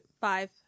Five